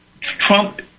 Trump